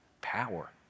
power